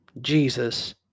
Jesus